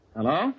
Hello